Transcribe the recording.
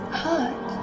hurt